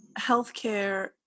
healthcare